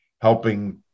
helping